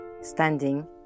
standing